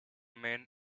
men